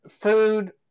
food